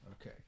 okay